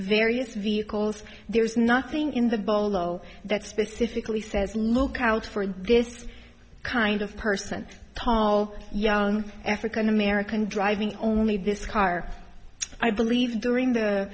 various vehicles there's nothing in the bolo that specifically says lookout for this kind of per cent tall young african american driving only this car i believe during the